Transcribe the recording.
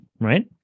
right